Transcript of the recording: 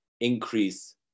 increase